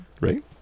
Right